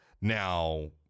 Now